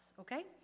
okay